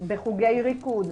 בחוגי ריקוד.